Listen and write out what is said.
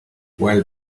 well